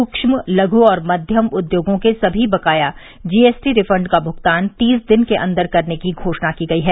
सूक्म लघ् और माध्यम उद्योगों के सभी बकाया जीएसटी रिफंड का भुगतान तीस दिन के अंदर करने की घोषणा की गई है